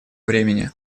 времени